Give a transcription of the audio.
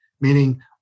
meaning